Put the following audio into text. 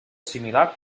similar